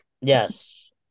Yes